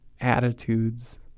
attitudes